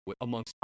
amongst